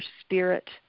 Spirit